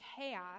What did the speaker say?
chaos